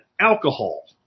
alcohol